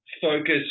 focus